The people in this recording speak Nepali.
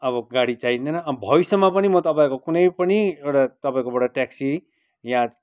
अब गाडी चाहिँदैन अब भविष्यमा पनि म तपाईँहरूको कुनै पनि एउटा तपाईँहरूकोबाट ट्याक्सी या